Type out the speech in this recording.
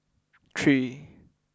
three